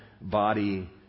body